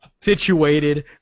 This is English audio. situated